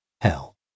Hell